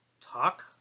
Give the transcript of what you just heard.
talk